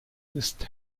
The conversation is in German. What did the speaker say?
ist